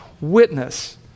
witness